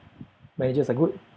managers are good